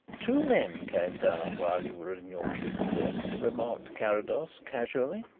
two men came down while you were in your cubicle, remarked carrados casually.